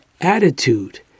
Attitude